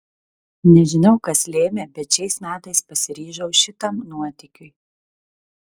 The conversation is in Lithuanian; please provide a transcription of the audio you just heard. nežinau kas lėmė bet šiais metais pasiryžau šitam nuotykiui